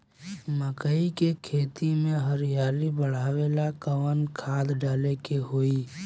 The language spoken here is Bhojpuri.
मकई के खेती में हरियाली बढ़ावेला कवन खाद डाले के होई?